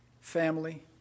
family